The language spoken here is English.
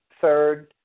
third